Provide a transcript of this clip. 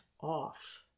off